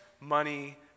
money